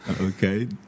Okay